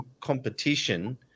competition